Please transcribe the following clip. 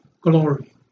glory